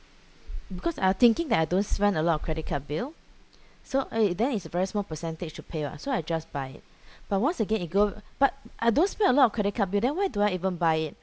because I thinking that I don't spend a lot on credit card bill so eh then it's a very small percentage to pay [what] so I just buy it but once again it go but I don't spend a lot on credit card bill then why do I even buy it